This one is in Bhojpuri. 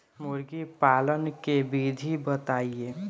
मुर्गी पालन के विधि बताई?